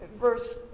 Verse